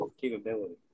capability